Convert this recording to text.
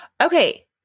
Okay